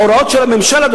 ההוראות של הממשל,